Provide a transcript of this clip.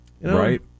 right